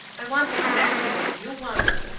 i want exactly what you want,